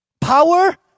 power